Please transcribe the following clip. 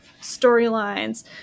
storylines